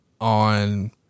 on